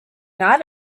not